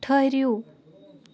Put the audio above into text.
ٹھٔہرِو